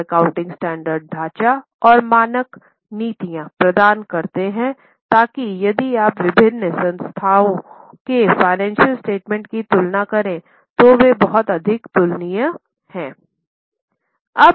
अब accounting standard ढाँचा और मानक नीतियाँ प्रदान करते हैं ताकि यदि आप विभिन्न संस्थाओं के फ़ाइनेंशियल स्टेटमेंट की तुलना करें तो वे बहुत अधिक तुलनीय हैं